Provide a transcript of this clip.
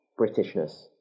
Britishness